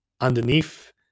underneath